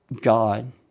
God